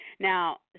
Now